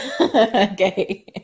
Okay